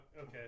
Okay